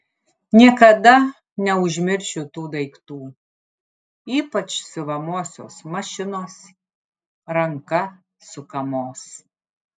niekada neužmiršiu tų daiktų ypač siuvamosios mašinos ranka sukamos